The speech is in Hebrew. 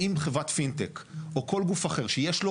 ואם חברת פינטק או כל גוף אחר שיש לו